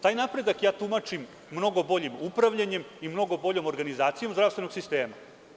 Taj napredak tumačim mnogo boljim upravljanjem i mnogo boljom organizacijom zdravstvenog sistema.